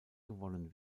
gewonnen